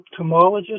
ophthalmologist